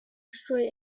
straight